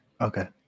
Okay